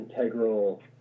Integral